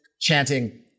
chanting